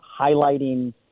highlighting